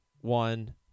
one